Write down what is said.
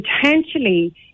potentially